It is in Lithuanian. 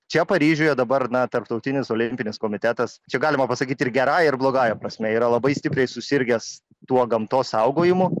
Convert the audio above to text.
čia paryžiuje dabar na tarptautinis olimpinis komitetas čia galima pasakyti ir gerąja ir blogąja prasme yra labai stipriai susirgęs tuo gamtos saugojimu